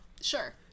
Sure